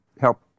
help